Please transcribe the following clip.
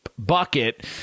bucket